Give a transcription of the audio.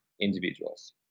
individuals